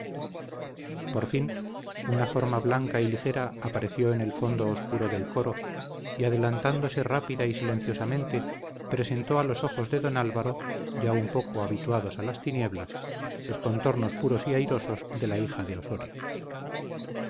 por fin una forma blanca y ligera apareció en el fondo oscuro del coro y adelantándose rápida y silenciosamente presentó a los ojos de don álvaro ya un poco habituados a las tinieblas los contornos puros y airosos de la hija de ossorio